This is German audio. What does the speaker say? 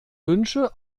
wünsche